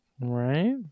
right